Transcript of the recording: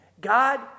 God